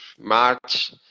March